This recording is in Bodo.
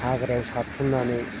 हाग्रा साफ्रेनानै